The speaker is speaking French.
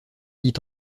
dit